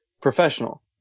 professional